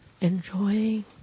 enjoying